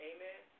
Amen